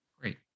great